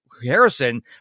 Harrison